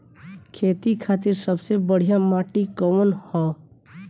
खेती खातिर सबसे बढ़िया माटी कवन ह?